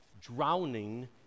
Drowning